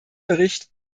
bericht